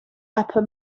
upper